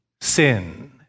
sin